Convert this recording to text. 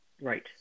Right